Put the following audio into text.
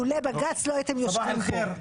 לולא בג"ץ, לא הייתם יושבים פה.